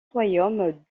royaume